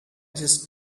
just